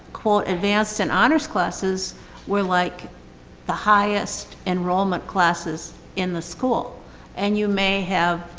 quote, advanced and honors classes were like the highest enrollment classes in the school and you may have,